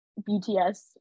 BTS